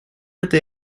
это